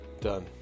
Done